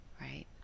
right